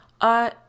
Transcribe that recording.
Uh